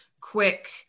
quick